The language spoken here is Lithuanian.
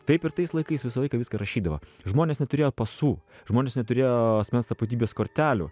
taip ir tais laikais visą laiką viską rašydavo žmonės neturėjo pasų žmonės neturėjo asmens tapatybės kortelių